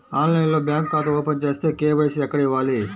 ఆన్లైన్లో బ్యాంకు ఖాతా ఓపెన్ చేస్తే, కే.వై.సి ఎక్కడ ఇవ్వాలి?